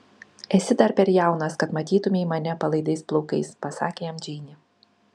esi dar per jaunas kad matytumei mane palaidais plaukais pasakė jam džeinė